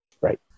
Right